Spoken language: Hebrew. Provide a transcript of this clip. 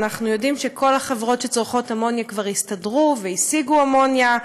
אנחנו יודעים שכל החברות שצורכות אמוניה כבר הסתדרו והשיגו אמוניה,